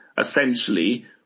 essentially